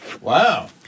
Wow